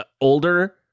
older